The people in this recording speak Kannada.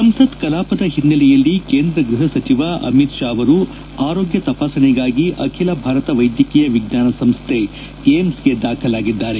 ಸಂಸತ್ನ ಕಲಾಪದ ಹಿನ್ನೆಲೆಯಲ್ಲಿ ಕೇಂದ್ರ ಗ್ಬಹ ಸಚಿವ ಅಮಿತ್ ಶಾ ಅವರು ಆರೋಗ್ಬ ತಪಾಸಣೆಗಾಗಿ ಅಖಿಲ ಭಾರತ ವೈದ್ಯಕೀಯ ವಿಜ್ಞಾನ ಸಂಸ್ಲೆ ಏಮ್ಗೆ ದಾಖಲಾಗಿದ್ದಾರೆ